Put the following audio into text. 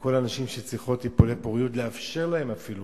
לכל הנשים שצריכות טיפולי פוריות, לאפשר להן אפילו